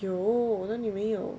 有那里没有